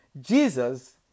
Jesus